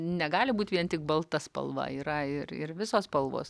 negali būt vien tik balta spalva yra ir ir visos spalvos